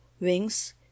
wings